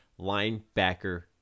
linebacker